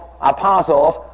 apostles